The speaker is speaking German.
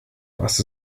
was